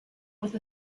with